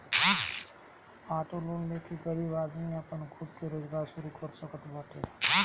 auto loan ले के गरीब आदमी आपन खुद के रोजगार शुरू कर सकत बाटे